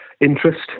interest